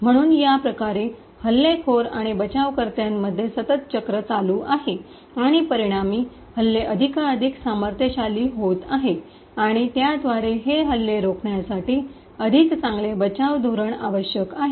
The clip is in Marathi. म्हणून या प्रकारे हल्लेखोर आणि बचावकर्त्यांमध्ये सतत चक्र चालू आहे आणि परिणामी हल्ले अधिकाधिक सामर्थ्यशाली होत आहेत आणि त्याद्वारे हे हल्ले रोखण्यासाठी अधिक चांगले बचाव धोरण आवश्यक आहे